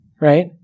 Right